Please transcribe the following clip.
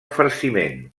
farciment